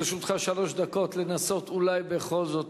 לרשותך שלוש דקות לנסות אולי בכל זאת,